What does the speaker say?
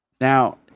now